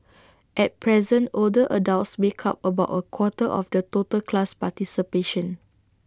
at present older adults make up about A quarter of the total class participation